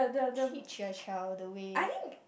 teach your child the way